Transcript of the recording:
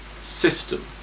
system